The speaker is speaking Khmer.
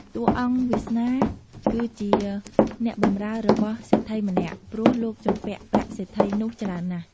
តួអង្គវាសនា គឺជាអ្នកបម្រើរបស់សេដ្ឋីម្នាក់ ព្រោះលោកជំពាក់ប្រាក់សេដ្ឋីនោះច្រើនណាស់។